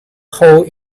hole